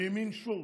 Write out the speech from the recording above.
"לימין שור".